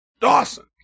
dawson